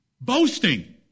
Boasting